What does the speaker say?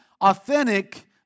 authentic